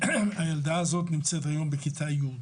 הילדה הזאת נמצאת היום בכיתה י',